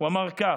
הוא אמר כך: